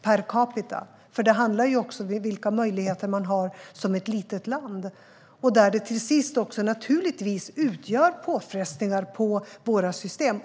Det handlar ju också om vilka möjligheter man har som ett litet land, och till sist utgör detta naturligtvis påfrestningar på våra system.